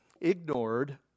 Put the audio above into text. ignored